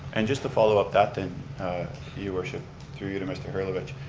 and just to follow up that then you worship through you to mr. hellervich.